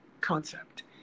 concept